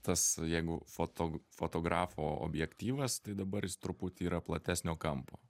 tas jeigu foto fotografo objektyvas tai dabar jis truputį yra platesnio kampo